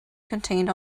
contained